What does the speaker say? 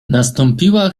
nastąpiła